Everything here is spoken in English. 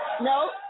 No